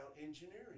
engineering